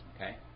Okay